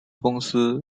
公司